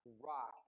rock